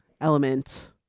element